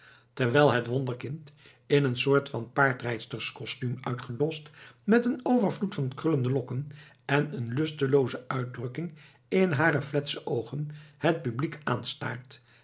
terwijl het wonderkind in een soort van paardrijdsterskostuum uitgedost met een overvloed van krullende lokken en een lustelooze uitdrukking in hare fletsche oogen het publiek aanstaart